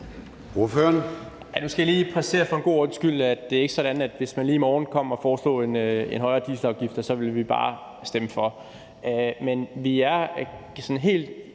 Nu skal jeg lige for en god ordens skyld præcisere, at det ikke er sådan, at hvis man lige i morgen kom og foreslog en højere dieselafgift, ville vi bare stemme for.